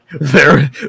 There-